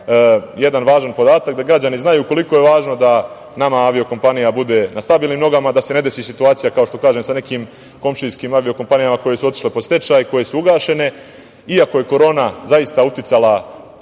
jedan važan podatak, da građani znaju koliko je važno da nama avio-kompanija bude na stabilnim nogama, da se ne desi situacija kao sa nekim komšijskim avio-kompanijama koje su otišle pod stečaj, koje su ugašene. Iako je korona zaista uticala